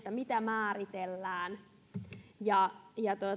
mitä määritellään